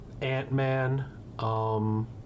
Ant-Man